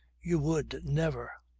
you would never,